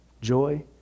joy